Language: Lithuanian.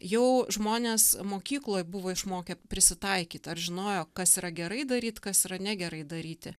jau žmonės mokykloj buvo išmokę prisitaikyt ar žinojo kas yra gerai daryt kas yra negerai daryti